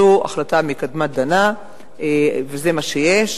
זו החלטה מקדמת דנא, וזה מה שיש.